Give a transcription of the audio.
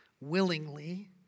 willingly